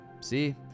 see